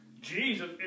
Jesus